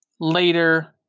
later